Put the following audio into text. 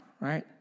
right